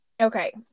Okay